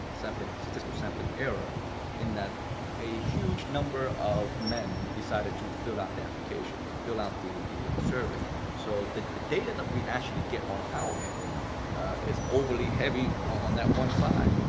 ah statistical sampling error in that a huge number of men decided to fill out the application, fill out the the survey, so the the data that we actually get on our end is overly heavy on that one side,